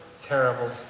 terrible